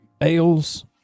ales